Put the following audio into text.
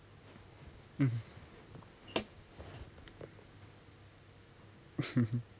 mm